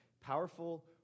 powerful